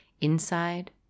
inside